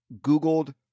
Googled